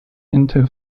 into